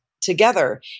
together